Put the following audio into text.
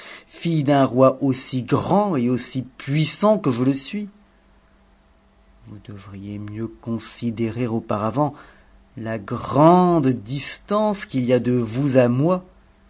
fille d'un roi aussi grand et aussi puissant que je le suis vous deviez mieux considérer auparavant la grande distance qu'il y a de vous à moi